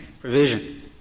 provision